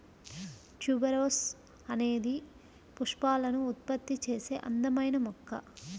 tuberose అనేది పుష్పాలను ఉత్పత్తి చేసే అందమైన మొక్క